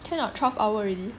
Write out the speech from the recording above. can what twelve hour already